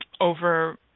over